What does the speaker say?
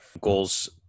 goals